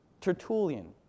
Tertullian